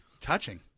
touching